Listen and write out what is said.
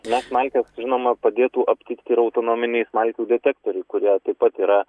na smalkes žinoma padėtų aptikti ir autonominiai smalkių detektoriai kurie taip pat yra